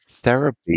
therapy